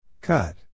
Cut